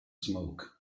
smoke